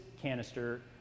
canister